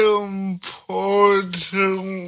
important